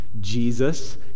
Jesus